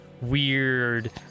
weird